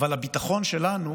אבל הביטחון שלנו,